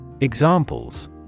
Examples